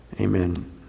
Amen